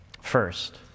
First